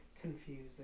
confusing